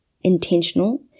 intentional